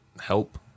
help